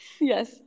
Yes